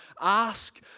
ask